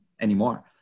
anymore